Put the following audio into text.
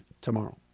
tomorrow